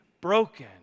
broken